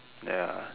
ya